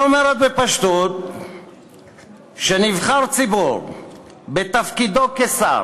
היא אומרת בפשטות שנבחר ציבור שבתפקידו כשר